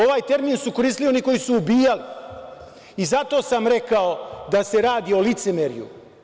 Ovaj termin su koristili oni koji su ubijali i zato sam rekao da se radi o licemerju.